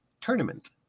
tournament